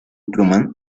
truman